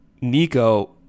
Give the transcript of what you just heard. Nico